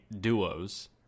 duos